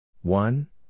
One